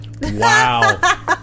Wow